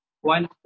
One